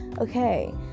okay